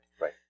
Right